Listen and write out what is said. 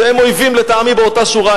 שהם אויבים לטעמי באותה שורה,